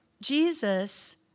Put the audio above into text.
Jesus